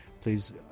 please